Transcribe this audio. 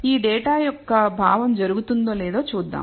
ఈ డేటా యొక్క భావం జరుగుతుందో లేదో చూద్దాం